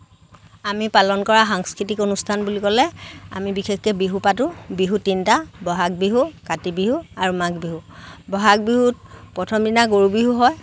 আমি পালন কৰা সংস্কৃতিক অনুষ্ঠান বুলি ক'লে আমি বিশেষকৈ বিহু পাতোঁ বিহু তিনিটা বহাগ বিহু কাতি বিহু আৰু মাঘ বিহু বহাগ বিহুত প্ৰথম দিনা গৰু বিহু হয়